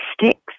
Sticks